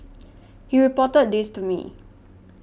he reported this to me